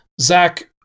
Zach